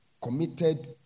committed